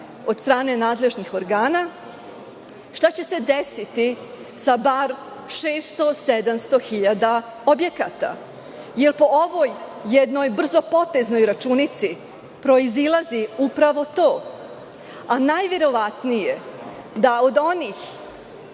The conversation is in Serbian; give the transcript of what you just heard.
od strane nadležnih organa? Šta će se desiti sa bar 600, 700 hiljada objekata? Jer, po ovoj brzo poteznoj računici proizilazi upravo to, a najverovatnije da od onih